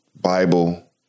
Bible